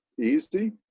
easy